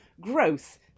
growth